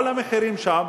כל המחירים שם,